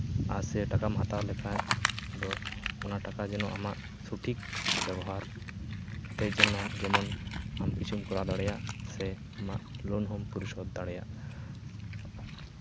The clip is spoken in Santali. ᱟᱨ ᱥᱮ ᱴᱟᱠᱟᱢ ᱦᱟᱛᱟᱣ ᱞᱮᱠᱷᱟᱡ ᱫᱚ ᱚᱱᱟ ᱴᱟᱠᱟ ᱡᱮᱱᱚ ᱟᱢᱟᱜ ᱥᱚᱴᱷᱤᱠ ᱵᱮᱵᱚᱦᱟᱨ ᱠᱟᱛᱮᱫ ᱡᱮᱢᱚᱱ ᱟᱢ ᱠᱤᱪᱷᱩᱢ ᱠᱚᱨᱟᱣ ᱫᱟᱲᱮᱭᱟᱜ ᱥᱮ ᱟᱢᱟᱜ ᱞᱳᱱ ᱦᱚᱸᱢ ᱯᱚᱨᱤᱥᱳᱫᱽ ᱫᱟᱲᱮᱭᱟᱜ